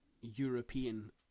European